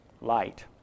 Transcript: light